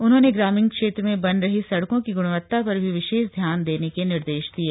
उन्होंने ग्रामीण क्षेत्र में बन रही सड़कों की गुणवत्ता पर भी विशेष ध्यान देने के निर्देश दिये